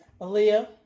Aaliyah